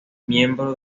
miembro